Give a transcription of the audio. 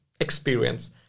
experience